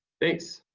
thanks.